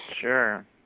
Sure